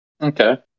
Okay